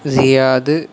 Riyadh